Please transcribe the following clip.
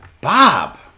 Bob